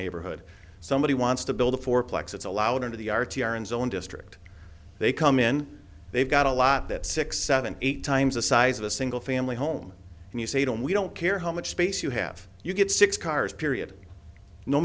neighborhood somebody wants to build a fourplex that's allowed into the r t r in zone district they come in they've got a lot that six seven eight times the size of a single family home and you say don't we don't care how much space you have you get six cars period no